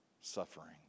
suffering